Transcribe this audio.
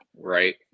right